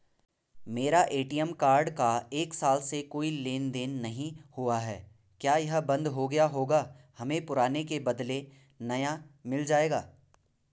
मेरा ATM card का एक साल से कोई लेन देन नहीं हुआ है क्या यह बन्द हो गया होगा हमें पुराने के बदलें नया मिल जाएगा?